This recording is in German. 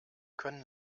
können